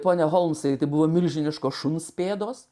pone holmsai tai buvo milžiniško šuns pėdos